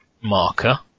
marker